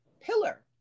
pillar